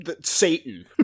satan